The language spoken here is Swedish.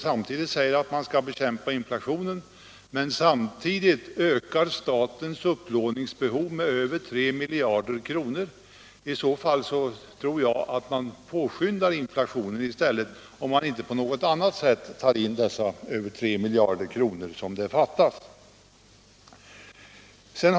Man säger att man skall bekämpa inflationen, men samtidigt ökar man statens upplåningsbehov med över 3 miljarder kronor. Om man inte på något annat sätt tar in de 3 miljarder som fattas, påskyndar man i stället inflationen.